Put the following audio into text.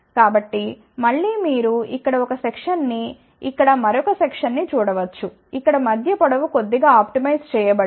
కాబట్టి మళ్ళీ మీరు ఇక్కడ ఒక సెక్షన్ ని ఇక్కడ మరొక సెక్షన్ ని చూడ వచ్చు ఇక్కడ మధ్య పొడవు కొద్దిగా ఆప్టిమైజ్ చేయబడింది